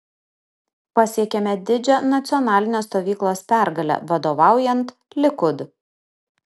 pasiekėme didžią nacionalinės stovyklos pergalę vadovaujant likud